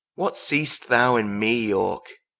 what seest thou in me yorke?